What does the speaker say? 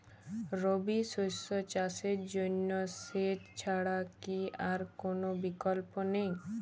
রবি শস্য চাষের জন্য সেচ ছাড়া কি আর কোন বিকল্প নেই?